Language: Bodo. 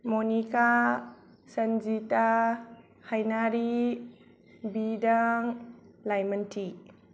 मनिका सनजिथा हाइनारि बिदां लायमोनथि